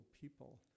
people